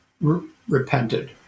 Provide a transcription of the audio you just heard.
repented